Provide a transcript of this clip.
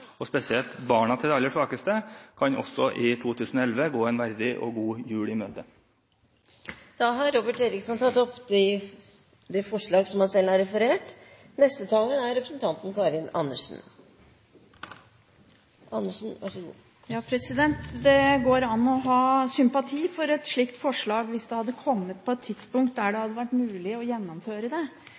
svakeste, spesielt barna til de aller svakeste, også i 2011 kan gå en verdig og god jul i møte. Representanten Robert Eriksson har tatt opp det forslaget han refererte til. Det går an å ha sympati for et slikt forslag hvis det hadde kommet på et tidspunkt da det hadde vært mulig å gjennomføre det.